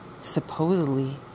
supposedly